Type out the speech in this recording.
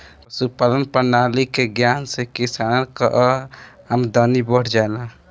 पशुपालान प्रणाली के ज्ञान से किसानन कअ आमदनी बढ़ जाला